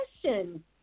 question